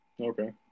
okay